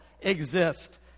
exist